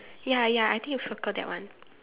ya ya I think you circle that one